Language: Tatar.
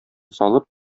салып